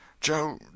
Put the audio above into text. Joe